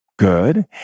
Good